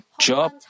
Job